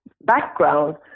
background